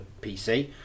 PC